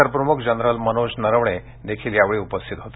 लष्कर प्रमुख जनरल मनोज नरवणे देखील यावेळी उपस्थित होते